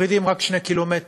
מפרידים רק 2 קילומטר.